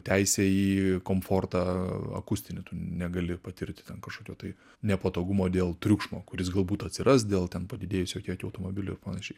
teisė į komfortą akustinį tu negali patirti ten kažkokio tai nepatogumo dėl triukšmo kuris galbūt atsiras dėl ten padidėjusio kiekio automobilių ir panašiai